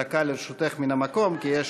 דקה לרשותך מן המקום, כי יש